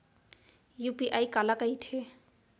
UPI काला कहिथे?